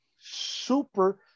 Super